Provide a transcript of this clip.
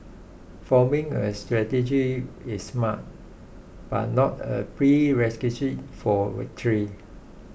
forming a strategy is smart but not a prerequisite for victory